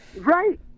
right